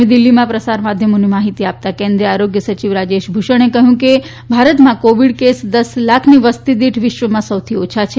નવી દિલ્હીમાં પ્રસાર માધ્યમોને માહિતી આપતાં કેન્દ્રીય આરોગ્ય સચિવ રાજેશ ભૂષણે કહ્યું કે ભારતમાં કોવિડ કેસ દસ લાખની વસતિ દીઠ વિશ્વમાં સૌથી ઓછા છે